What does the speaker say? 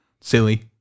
silly